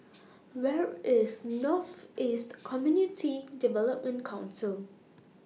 Where IS North East Community Development Council